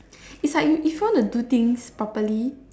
is like if you want to do things properly